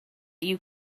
you